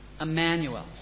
Emmanuel